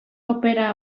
opera